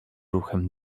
ruchem